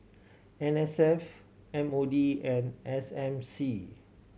N S F M O D and S M C